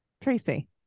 Tracy